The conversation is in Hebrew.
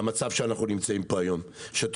המצב שאנחנו נמצאים פה היום הוא פשיטת רגל.